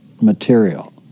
material